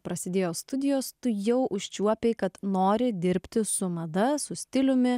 prasidėjo studijos tu jau užčiuopei kad nori dirbti su mada su stiliumi